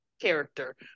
character